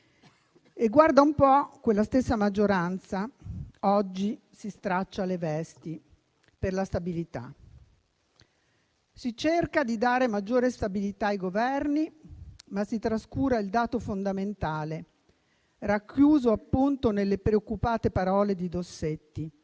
E guarda un po', quella stessa maggioranza oggi si straccia le vesti per la stabilità. Si cerca di dare maggiore stabilità ai Governi, ma si trascura il dato fondamentale, racchiuso appunto nelle preoccupate parole di Dossetti: